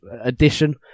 Edition